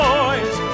Boys